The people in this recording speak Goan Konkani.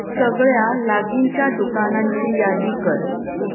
सगळ्या लागींच्या दुकानांची यादी कर